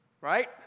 right